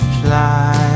fly